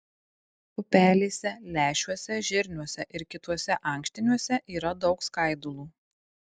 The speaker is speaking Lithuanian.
pupelėse lęšiuose žirniuose ir kituose ankštiniuose yra daug skaidulų